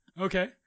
Okay